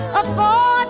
afford